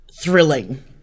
thrilling